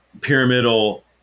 pyramidal